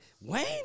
Wayne